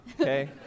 okay